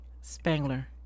Spangler